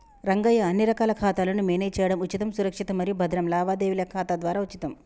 రంగయ్య అన్ని రకాల ఖాతాలను మేనేజ్ చేయడం ఉచితం సురక్షితం మరియు భద్రం లావాదేవీల ఖాతా ద్వారా ఉచితం